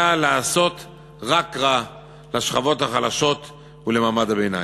לעשות רק רע לשכבות החלשות ולמעמד הביניים.